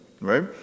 Right